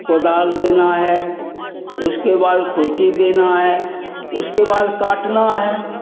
कुदाल देना है उसके बाद खुरपी देना है उसके बाद काटना है